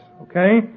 Okay